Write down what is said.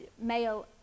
male